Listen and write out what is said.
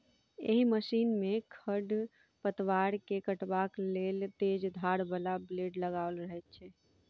एहि मशीन मे खढ़ पतवार के काटबाक लेल तेज धार बला ब्लेड लगाओल रहैत छै